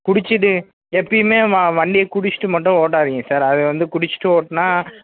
குடிச்சுட்டு எப்போயுமே வ வண்டியை குடிச்சுட்டு மட்டும் ஓட்டாதீங்க சார் அது வந்து குடிச்சுட்டு ஓட்டினா